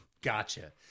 Gotcha